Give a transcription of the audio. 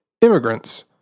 immigrants